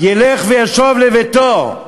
ילך וישב לביתו.